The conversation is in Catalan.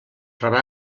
rebrà